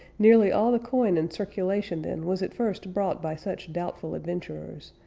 nearly all the coin in circulation then was at first brought by such doubtful adventurers,